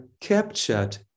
captured